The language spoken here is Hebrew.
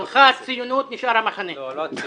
הלכה הציונות נשאר המחנה...